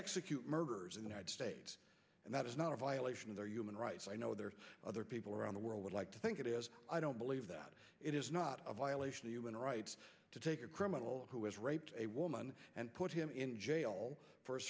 execute murders in united states and that is not a vial human rights i know there are other people around the world would like to think it is i don't believe that it is not a violation of human rights to take a criminal who has raped a woman and put him in jail for a